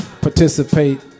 participate